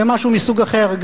וזה משהו מסוג אחר,